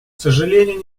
сожалению